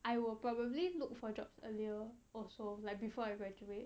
I will probably look for jobs earlier also like before I graduate